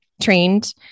trained